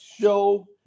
show